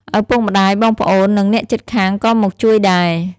ឪពុកម្ដាយ បងប្អូន និងអ្នកជិតខាងក៏មកជួយដែរ។